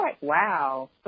wow